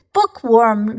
Bookworm